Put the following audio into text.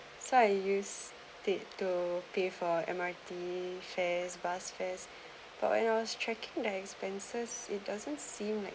so I use it to pay for M_R_T fares bus fares but when I was checking the expenses it doesn't seem like